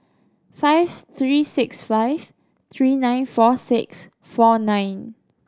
five three six five three nine four six four nine